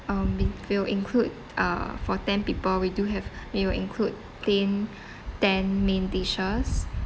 um it will include uh for ten people we do have it will include ten ten main dishes